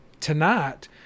tonight